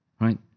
right